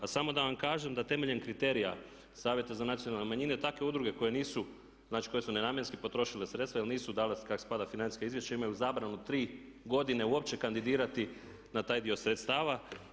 A samo da vam kažem da temeljem kriterija Savjeta za nacionalne manjine takve udruge koje nisu, znači koje su nenamjenski potrošile sredstva jer nisu dala kako spada financijska izvješća, imaju zabranu tri godine uopće kandidirati na taj dio sredstava.